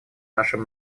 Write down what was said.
нашем